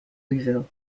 louisville